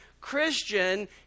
Christian